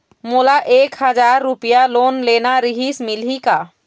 मोला एक हजार रुपया लोन लेना रीहिस, मिलही का?